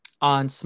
on